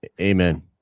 Amen